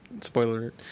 spoiler